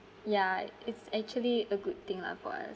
ya it's actually a good thing lah for us